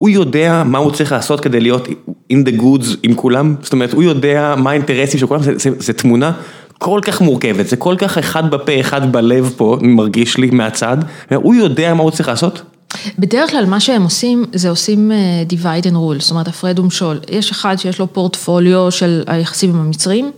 הוא יודע מה הוא צריך לעשות כדי להיות in the goods עם כולם, זאת אומרת הוא יודע מה האינטרסים של כולם, זו תמונה כל כך מורכבת, זה כל כך אחד בפה אחד בלב פה מרגיש לי מהצד, הוא יודע מה הוא צריך לעשות? בדרך כלל מה שהם עושים זה עושים divide and rule, זאת אומרת הפרד ומשול, יש אחד שיש לו פורטפוליו של היחסים עם המצרים.